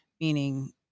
meaning